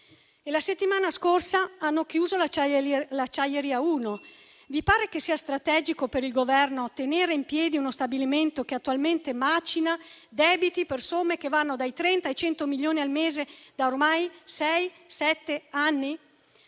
La settimana scorsa hanno chiuso l'acciaieria 1. Vi pare che sia strategico per il Governo tenere in piedi uno stabilimento che attualmente macina debiti per somme che vanno dai 30 ai 100 milioni al mese da ormai sei,